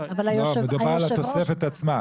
לא, מדובר על התוספת עצמה.